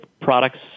products